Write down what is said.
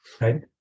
Right